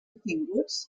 obtinguts